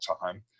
time